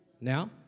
Now